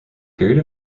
period